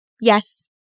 yes